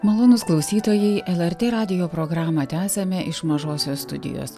malonūs klausytojai lrt radijo programą tęsiame iš mažosios studijos